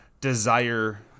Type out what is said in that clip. desire